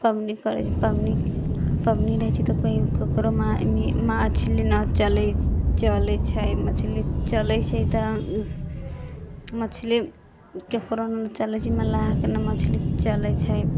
पबनी करैत छै पबनी पबनी रहैत छै तऽ केओ केकरो मछली नहि चलैत चलैत छै मछली चलैत छै तऽ मछली केकरो नहि चलैत चलैत छै मल्लाहके नहि मछली चलैत छै